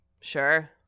Sure